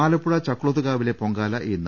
ആലപ്പുഴ ചക്കുളത്തുകാവിലെ പൊങ്കാല ഇന്ന്